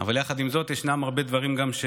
אבל יחד עם זאת ישנם גם הרבה דברים שתקועים.